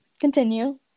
continue